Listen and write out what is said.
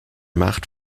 macht